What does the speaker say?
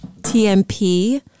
TMP